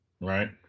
Right